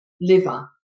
liver